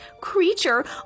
creature